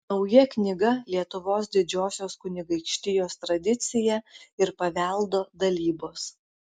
nauja knyga lietuvos didžiosios kunigaikštijos tradicija ir paveldo dalybos